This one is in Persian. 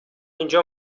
اینجا